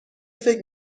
فکر